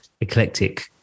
eclectic